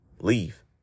Leave